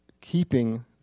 keeping